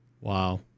Wow